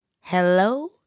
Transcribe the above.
Hello